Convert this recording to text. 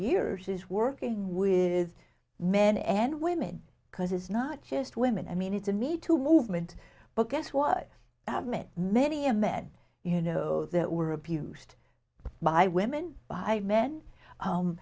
years is working with men and women because it's not just women i mean it's a need to movement but guess what i have met many a med you know that were abused by women by men